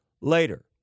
later